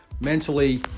mentally